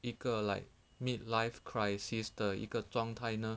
一个 like mid life crisis 的一个状态呢